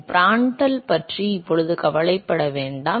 Prandtl பற்றி இப்போது கவலைப்பட வேண்டாம்